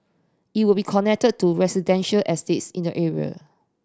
it will be connected to residential estates in the area